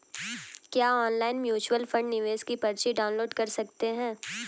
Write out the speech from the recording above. क्या online mutual fund निवेश की पर्ची डाउनलोड कर सकते हैं?